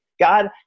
God